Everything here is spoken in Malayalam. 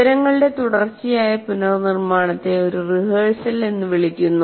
വിവരങ്ങളുടെ തുടർച്ചയായ പുനർനിർമ്മാണത്തെ ഒരു റിഹേഴ്സൽ എന്ന് വിളിക്കുന്നു